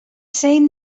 seen